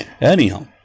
Anyhow